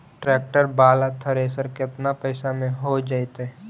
Tractor बाला thresher केतना पैसा में हो जैतै?